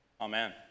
amen